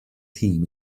team